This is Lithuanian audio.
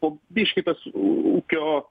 po biškį tas ūkio